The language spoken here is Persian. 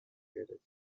گرفتیم